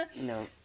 No